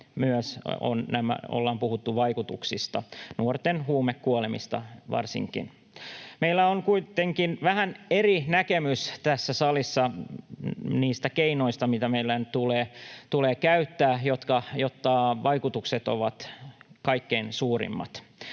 myös puhuttu vaikutuksista, nuorten huumekuolemista varsinkin. Meillä on kuitenkin vähän eri näkemys tässä salissa niistä keinoista, mitä meidän tulee käyttää, jotta vaikutukset ovat kaikkein suurimmat.